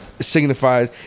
signifies